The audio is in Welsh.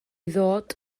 ddod